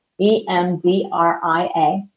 E-M-D-R-I-A